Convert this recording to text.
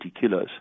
kilos